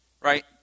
Right